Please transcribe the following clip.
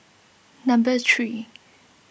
number three